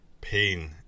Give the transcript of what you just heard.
pain